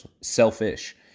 selfish